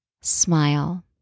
smile